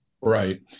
right